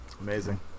amazing